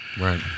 Right